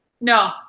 no